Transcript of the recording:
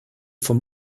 vom